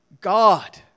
God